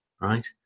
right